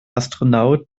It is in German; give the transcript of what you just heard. astronaut